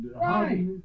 Right